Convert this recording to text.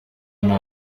nta